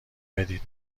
بدید